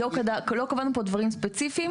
לא קבענו פה דברים ספציפיים.